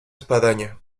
espadaña